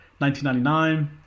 1999